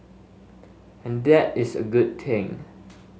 and that is a good thing